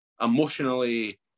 emotionally